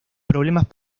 problemas